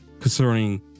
concerning